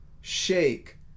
shake